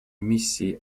миссии